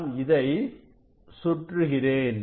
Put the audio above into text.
நான் இதை சுற்றுகிறேன்